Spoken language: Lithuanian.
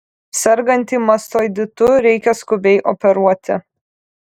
sergantį mastoiditu reikia skubiai operuoti